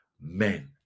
men